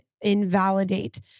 invalidate